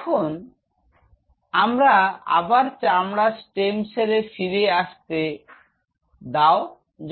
এখন আমাকে আবার চামড়ার স্টেম সেলে ফিরে আসতে দাও